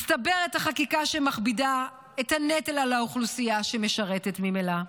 מצטברת החקיקה שמכבידה את הנטל על האוכלוסייה שמשרתת ממילא.